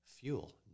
fuel